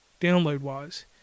download-wise